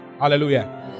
Hallelujah